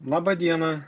laba diena